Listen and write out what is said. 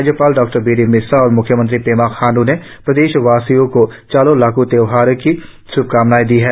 राज्यपाल बीडी मिश्रा और मुख्यमंत्री पेमा खांडू ने प्रदेशवासियों को चाळो लोक् त्योहार की श्भकामनाएं दी हैं